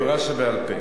תורה שבעל-פה.